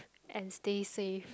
and stay safe